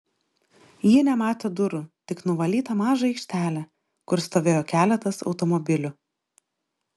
ji nematė durų tik nuvalytą mažą aikštelę kur stovėjo keletas automobilių